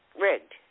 rigged